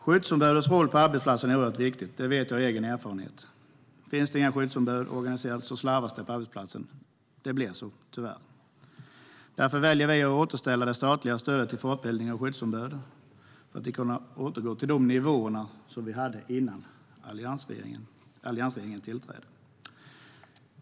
Skyddsombudets roll på arbetsplatsen är oerhört viktig. Det vet jag av egen erfarenhet. Finns det inga skyddsombud organiserade slarvas det på arbetsplatsen. Det blir så, tyvärr. Därför väljer vi att återställa det statliga stödet till fortbildning av skyddsombud för att vi ska kunna återgå till de nivåer som vi hade innan alliansregeringen tillträdde. Herr talman!